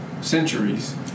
centuries